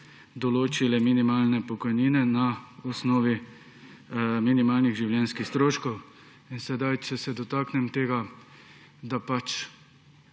določile minimalne pokojnine na osnovi minimalnih življenjskih stroškov. Če se dotaknem tega, mene